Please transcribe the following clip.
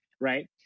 right